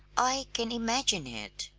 i can imagine it,